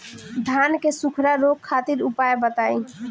धान के सुखड़ा रोग खातिर उपाय बताई?